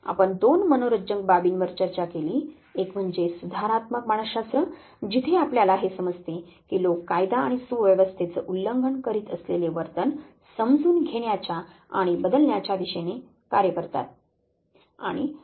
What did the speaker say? आपण दोन मनोरंजक बाबींवर चर्चा केली एक म्हणजे सुधारात्मक मानसशास्त्र जिथे आपल्याला हे समजते की लोक कायदा आणि सुव्यवस्थेचे उल्लंघन करीत असलेले वर्तन समजून घेण्याच्या आणि बदलण्याच्या दिशेने कार्य करतात